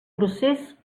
procés